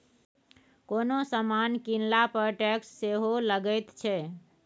कोनो समान कीनला पर टैक्स सेहो लगैत छै